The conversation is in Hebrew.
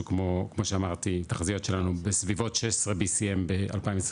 לפי התחזיות שלנו בסביבות 16 BCM ב- 2025,